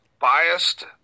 biased